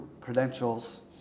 credentials